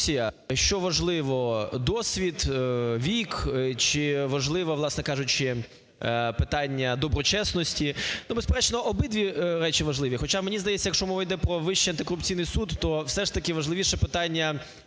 що важливо: досвід, вік чи важливе, власне кажучи, питання доброчесності. Безперечно, обидві речі важливі, хоча мені здається, якщо мова йде про Вищий антикорупційний суд, то все ж таки важливіше питання